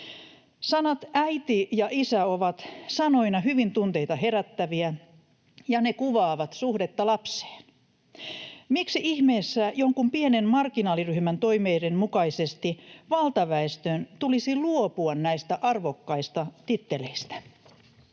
Sanat ”äiti” ja ”isä” ovat sanoina hyvin tunteita herättäviä, ja ne kuvaavat suhdetta lapseen. Miksi ihmeessä jonkun pienen marginaaliryhmän toiveiden mukaisesti valtaväestön tulisi luopua näistä arvokkaista titteleistä?